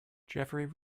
jeffery